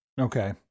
Okay